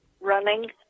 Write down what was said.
running